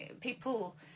people